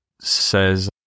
says